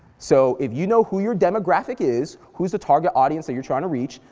so if you know who your demographic is, who's the target audience that you're trying to reach,